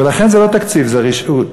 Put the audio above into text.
ולכן זה לא תקציב, זו רשעות.